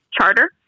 charter